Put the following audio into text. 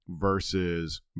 versus